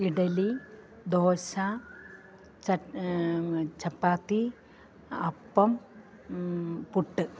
idli dosa chapati appam puttu